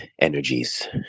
energies